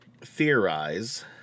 theorize